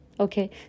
Okay